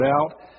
out